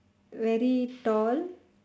very tall